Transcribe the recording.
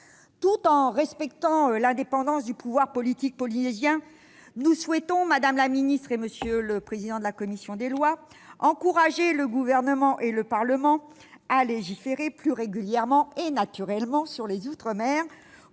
Tout en respectant l'indépendance du pouvoir politique polynésien, nous souhaitons, madame la garde des sceaux, monsieur le président de la commission des lois, encourager le Gouvernement et le Parlement à légiférer plus régulièrement et plus naturellement sur les outre-mer